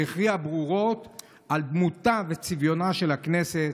שהכריע ברורות על דמותה וצביונה של הכנסת,